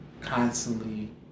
constantly